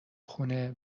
خونه